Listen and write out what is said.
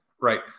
right